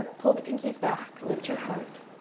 ah pull the pinkies back. lift your heart.